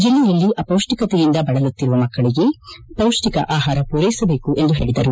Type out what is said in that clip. ಜಿಲ್ಲೆಯಲ್ಲಿ ಅಪೌಷ್ಠಿಕತೆಯಿಂದ ಬಳಲುತ್ತಿರುವ ಮಕ್ಕಳಿಗೆ ಪೌಷ್ಠಿಕ ಆಪಾರ ಪೂರೈಸಬೇಕು ಎಂದು ಹೇಳಿದರು